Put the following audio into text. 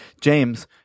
James